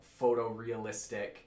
photorealistic